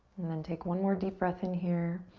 and then take one more deep breath in here.